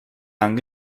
lang